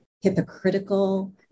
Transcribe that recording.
hypocritical